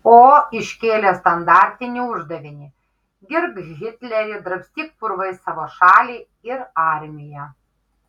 o iškėlė standartinį uždavinį girk hitlerį drabstyk purvais savo šalį ir armiją